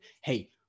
hey